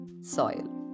soil